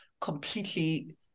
completely